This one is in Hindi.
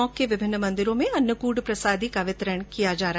टोंक के विभिन्न मंदिरों में अन्नकूट प्रसादी का वितरण किया गया